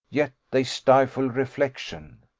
yet they stifle reflection.